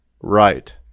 right